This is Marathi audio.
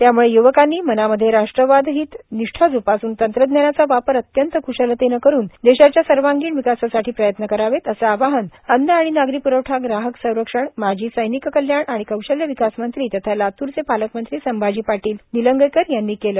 त्याम्ळं युवकांनी मनामध्ये राष्ट्रवादहित निष्ठा जोपासून तंत्रज्ञानाचा वापर अत्यंत क्शलतेनं करून देशाच्या सर्वांगीण विकासासाठी प्रयत्न करावेत असं आवाहन अन्न आणि नागरी प्रवठा ग्राहक संरक्षण माजी सैनिक कल्याण आणि कौशल्य विकास मंत्री तथा लात्रचे पालकमंत्री संभाजी पाटील निलंगेकर यांनी केलं